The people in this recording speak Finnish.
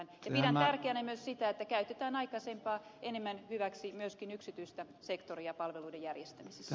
pidän tärkeänä myös sitä että käytetään aikaisempaa enemmän hyväksi myöskin yksityistä sektoria palveluiden järjestämisessä